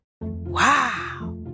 Wow